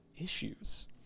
issues